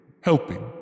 helping